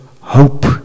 hope